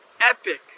epic